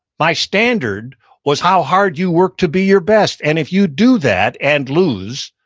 my standard was how hard you worked to be your best. and if you do that and lose,